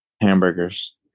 Hamburgers